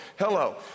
hello